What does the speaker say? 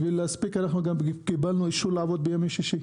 בשביל להספיק, קיבלנו אישור לעבוד גם בימי שישי.